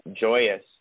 joyous